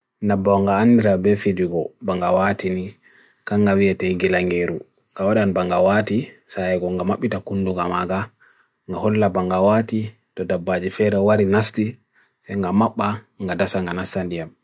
nabonga andra befidugo bangawati ni kangawe te gila ngeiru kawadan bangawati saye gongamapida kundu gamaga nga hola bangawati dodabaji feirawari nasti sen gamapa nga dasa nga nastandiyam